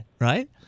right